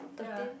ya